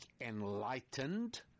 enlightened